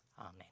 amen